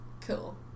Cool